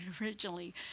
originally